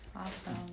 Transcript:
Awesome